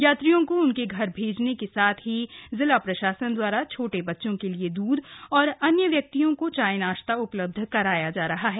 यात्रियों को उनके घर भेजने के साथ ही जिला प्रशासन दवारा छोटे बच्चों के लिए दूध और अन्य व्यक्तियों को चाय नाश्ता उपलब्ध कराया जा रहा है